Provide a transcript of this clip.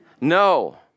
No